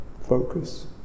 focus